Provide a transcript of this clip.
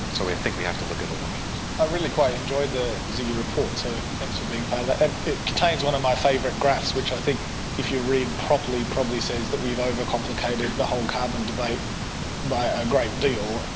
so i think we have to look at all options. i really quite enjoyed the ziggy report, so thanks for being part of that. and it contains one of my favourite graphs, which i think if you read properly probably says that we've overcomplicated the whole carbon debate by a great deal.